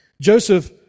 Joseph